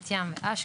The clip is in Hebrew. בת ים ואשקלון.